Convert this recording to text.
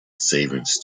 savings